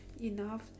Enough